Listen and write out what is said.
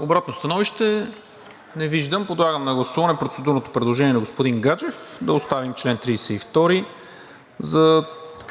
Обратно становище? Не виждам. Подлагам на гласуване процедурното предложение на господин Гаджев да оставим чл. 32 за